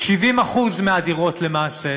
70% מהדירות, למעשה,